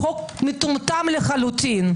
החוק מטומטם לחלוטין,